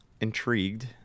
intrigued